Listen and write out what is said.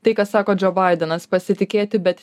tai ką sako džo baidenas pasitikėti bet